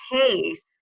case